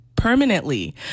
Permanently